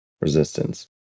resistance